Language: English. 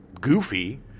goofy